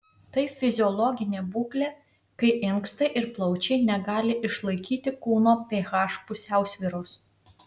tai fiziologinė būklė kai inkstai ir plaučiai negali išlaikyti kūno ph pusiausvyros